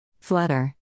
Flutter